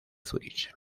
zúrich